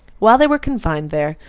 while they were confined there,